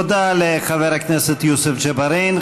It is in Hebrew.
תודה לחבר הכנסת יוסף ג'בארין.